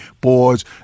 boards